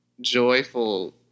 joyful